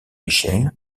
michel